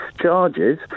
charges